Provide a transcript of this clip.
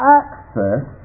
access